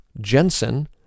Jensen